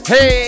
Hey